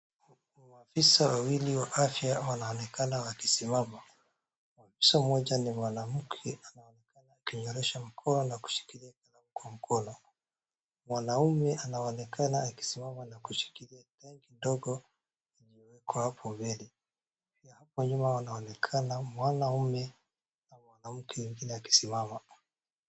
Ofisa wawili wa afya wanaonekana wakisimama, ofisa mmoja ni mwanamke akingalisha mkono na kushikilia kwa mkono. Mwanaume anaonekana akisimama kushikilia kidogo kwa hapo mbele, hapo nyuma anaonekana mwanaume na mwanamke wakisimama.